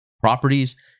properties